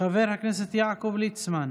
חבר הכנסת יעקב ליצמן,